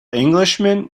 englishman